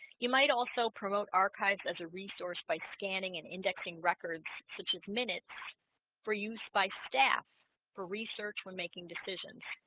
you might also promote archives as a resource by scanning and indexing records such as minutes for use by staff for research when making decisions